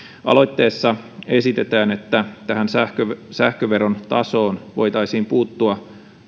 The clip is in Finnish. aloitteessa esitetään että tähän sähköveron tasoon voitaisiin puuttua